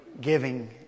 giving